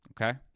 Okay